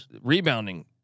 rebounding